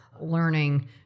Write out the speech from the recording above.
learning